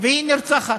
והיא נרצחת.